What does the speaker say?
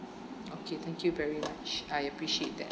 okay thank you very much I appreciate that